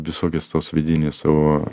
visokios tos vidinės oo